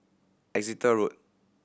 Exeter Road